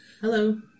Hello